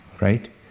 Right